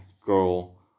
girl